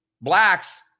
Blacks